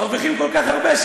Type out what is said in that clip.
מרוויחים כל כך הרבה,